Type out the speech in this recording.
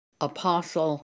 apostle